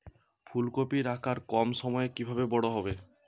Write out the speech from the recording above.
ফুলকপির আকার কম সময়ে কিভাবে বড় হবে?